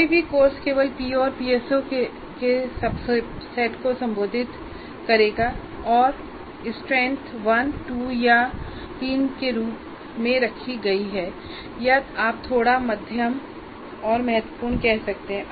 कोई भी कोर्स केवल पीओ और पीएसओ के एक सबसेट को संबोधित करेगा और ताकत 1 2 या 3 के रूप में रखी गई है या आप थोड़ा मध्यम और महत्वपूर्ण रूप से कह सकते हैं